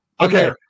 okay